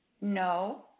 No